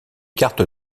cartes